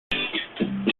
different